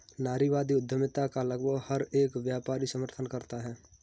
नारीवादी उद्यमिता का लगभग हर एक व्यापारी समर्थन करता है